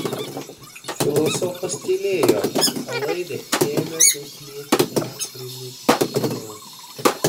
filosofas tylėjo o laidė ėmė klausinėti dar primygtiniau